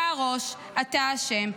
אתה הראש, אתה אשם.